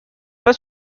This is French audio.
pas